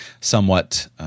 somewhat